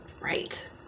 right